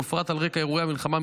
ובפרט על רקע אירועי המלחמה,